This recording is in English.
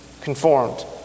conformed